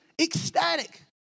ecstatic